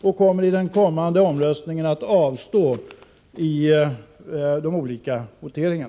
Jag kommer att avstå från att rösta i den kommande voteringen.